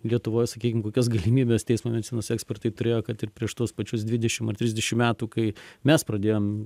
lietuvoj sakykim kokias galimybes teismo medicinos ekspertai turėjo kad ir prieš tuos pačius dvidešim ar trisdešim metų kai mes pradėjom